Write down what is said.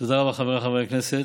תודה רבה, חבריי חברי הכנסת.